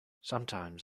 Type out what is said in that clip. sometimes